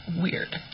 Weird